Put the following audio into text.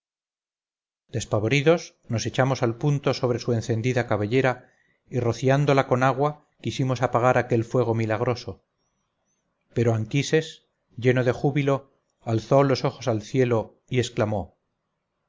despavoridos nos echamos al punto sobre su encendida cabellera y rociándola con agua quisimos apagar aquel fuego milagroso pero anquises lleno de júbilo alzó los ojos al cielo y exclamó